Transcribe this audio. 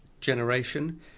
generation